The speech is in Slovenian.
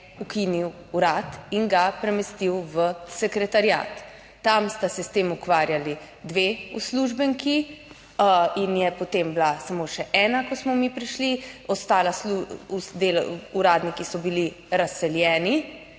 ukinil urad in ga premestil v sekretariat. Tam sta se s tem ukvarjali dve uslužbenki in je, potem bila samo še ena, ko smo mi prišli, uradniki so bili razseljeni